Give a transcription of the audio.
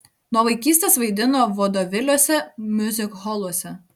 nuo vaikystės vaidino vodeviliuose miuzikholuose